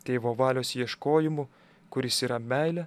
tėvo valios ieškojimu kuris yra meilė